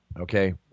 okay